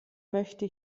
möchte